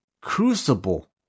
crucible